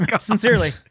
Sincerely